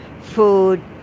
food